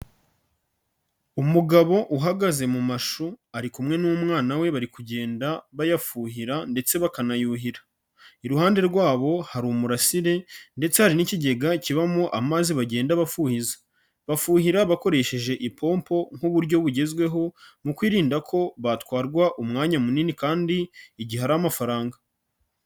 Umugabo uhagaze mu mashu, ari kumwe n'umwana we bari kugenda bayafuhira ndetse bakanayuhira. Iruhande rwabo hari umurasire ndetse hari n'ikigega kibamo amazi bagenda bafuhiriza. Bafuhira bakoresheje ipompo nk'uburyo bugezweho, mu kwirinda ko batwarwa umwanya munini kandi igihe hari amafaranga.